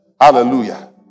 Hallelujah